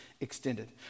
extended